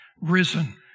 risen